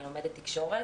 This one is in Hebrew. אני לומדת תקשורת.